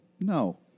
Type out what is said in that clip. No